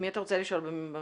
מי אתה רוצה לשאול בממשלה?